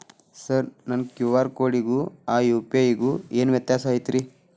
Sir ನನ್ನ QR ಕೊಡಿಗೂ ಆ ಯು.ಪಿ.ಐ ಗೂ ಏನ್ ವ್ಯತ್ಯಾಸ ಐತ್ರಿ?